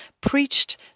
preached